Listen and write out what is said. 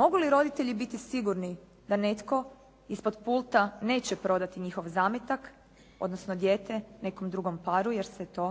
Mogu li roditelji biti sigurni da netko ispod pulta neće prodati njihov zametak, odnosno dijete nekom drugom paru jer se to